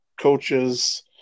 coaches